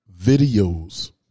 videos